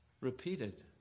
repeated